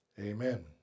Amen